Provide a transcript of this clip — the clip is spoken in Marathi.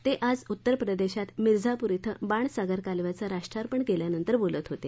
ते आज उत्तर प्रदेशात मिर्झापूर श्व बाणसागर कालव्याचं राष्ट्रार्पण केल्यानंतर बोलत होते